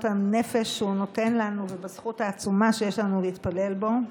הנפש שהוא נותן לנו ובזכות העצומה שיש לנו להתפלל בו.